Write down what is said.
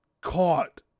caught